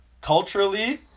Culturally